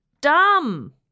dumb